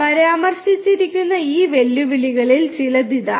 പരാമർശിച്ചിരിക്കുന്ന ഈ വെല്ലുവിളികളിൽ ചിലത് ഇതാ